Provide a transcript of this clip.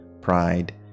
pride